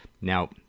Now